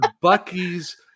Bucky's